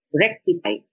rectify